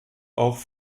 auch